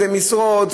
ומשרות,